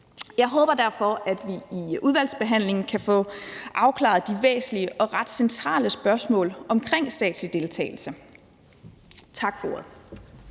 Jeg håber derfor, at vi i udvalgsbehandlingen kan få afklaret de væsentlige og ret centrale spørgsmål omkring statslig deltagelse. Tak for ordet.